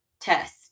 test